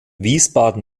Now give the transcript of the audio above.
wiesbaden